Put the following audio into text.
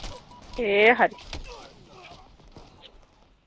ए खरी